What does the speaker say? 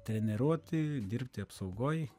treniruoti dirbti apsaugoj